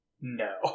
no